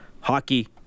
hockey